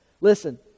Listen